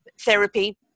therapy